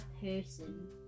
person